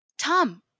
Tom